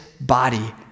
body